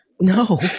No